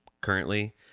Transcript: currently